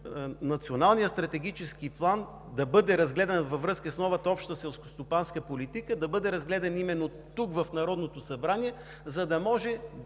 Националният стратегически план да бъде разгледан във връзка с новата Обща селскостопанска политика, именно тук, в Народното събрание, за да може